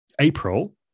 April